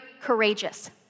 courageous